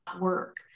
work